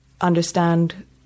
understand